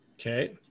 Okay